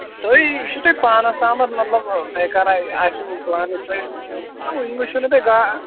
تُہۍ یہِ چھُو تۄہہِ پانَس تامَتھ مطلب دَیہِ خٲرا آسوٕ پانہٕ تۅہہِ تہٕ وُںہِ وُچھوٕ نہَ تۄہہِ گاڈٕ